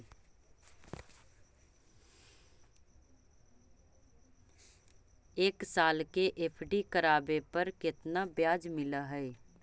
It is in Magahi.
एक साल के एफ.डी करावे पर केतना ब्याज मिलऽ हइ?